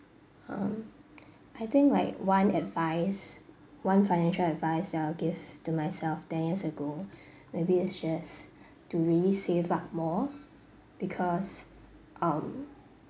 um I think like one advice one financial advice that I'll give to myself ten years ago maybe is just to really save up more because um